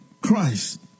Christ